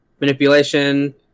manipulation